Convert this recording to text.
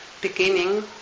beginning